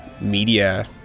media